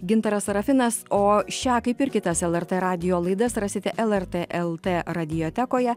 gintaras serafinas o šią kaip ir kitas lrt radijo laidas rasite lrt lt radiotekoje